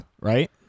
right